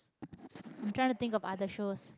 I'm trying to think of other shows